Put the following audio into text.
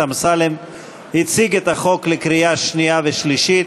אמסלם הציג את החוק לקריאה שנייה ושלישית,